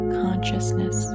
consciousness